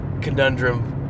conundrum